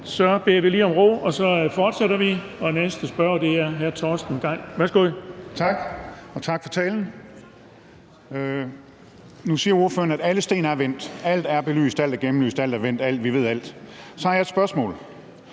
Så beder vi lige om ro, og så fortsætter vi, og næste spørger er hr. Torsten Gejl. Værsgo. Kl. 14:49 Torsten Gejl (ALT): Tak, og tak for talen. Nu siger ordføreren, at alle sten er vendt: Alt er belyst, alt er gennemlyst, alt er vendt, og vi ved alt. Så har jeg et spørgsmål: